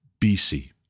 BC